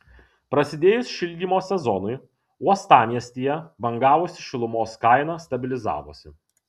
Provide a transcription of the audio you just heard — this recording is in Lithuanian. prasidėjus šildymo sezonui uostamiestyje bangavusi šilumos kaina stabilizavosi